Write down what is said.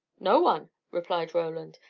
no one, replied roland.